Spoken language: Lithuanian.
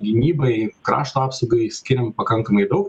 gynybai krašto apsaugai skiriam pakankamai daug